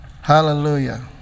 Hallelujah